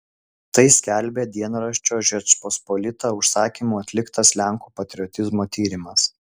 tai skelbia dienraščio žečpospolita užsakymu atliktas lenkų patriotizmo tyrimas